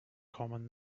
common